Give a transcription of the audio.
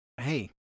hey